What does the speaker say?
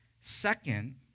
Second